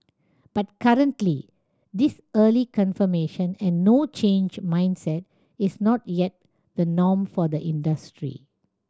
but currently this early confirmation and no change mindset is not yet the norm for the industry